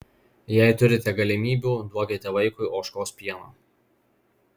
jei turite galimybių duokite vaikui ožkos pieno